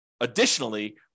additionally